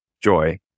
joy